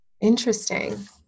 Interesting